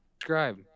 Subscribe